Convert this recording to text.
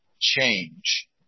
change